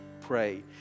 pray